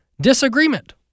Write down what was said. disagreement